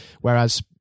Whereas